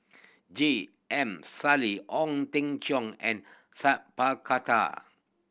G M Sali Ong Teng Cheong and Sa Khattar